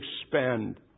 expand